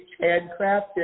handcrafted